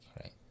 Right